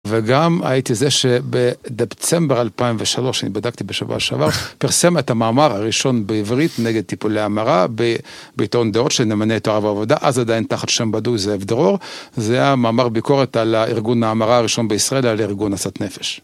וגם הייתי זה שדצמבר 2003, שאני בדקתי בשבוע שעבר, פרסם את המאמר הראשון בעברית נגד טיפולי המרה בעיתון דעות של נאמני תורה ועבודה, אז עדיין תחת שם בדוי זהב דרור, זה המאמר ביקורת על הארגון ההמרה הראשון בישראל, על ארגון עצת נפש.